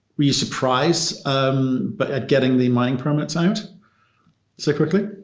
were you surprised but at getting the mining permits out so quickly?